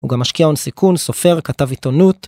הוא גם משקיע הון סיכון, סופר, כתב עיתונות.